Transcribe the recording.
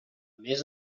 més